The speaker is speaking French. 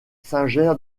singer